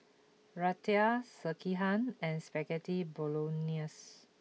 Raita Sekihan and Spaghetti Bolognese